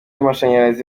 amashanyarazi